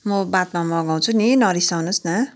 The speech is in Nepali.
म बादमा मगाउँछु नि नरिसाउनु होस् न